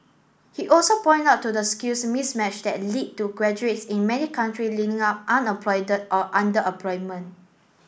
he also point out to the skills mismatch that lead to graduates in many country up or underemployment